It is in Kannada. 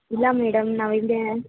ಇಲ್ಲ ಮೇಡಮ್ ನಾವಿಲ್ಲದೇ